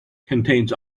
contains